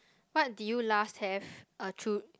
what did you last have uh true